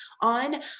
on